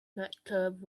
nightclub